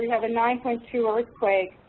have a nine point two earthquake,